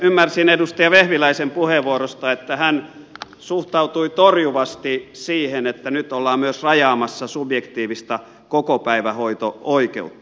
ymmärsin edustaja vehviläisen puheenvuorosta että hän suhtautui torjuvasti siihen että nyt ollaan myös rajaamassa subjektiivista kokopäivähoito oikeutta